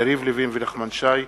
יריב לוין ונחמן שי.